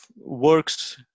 works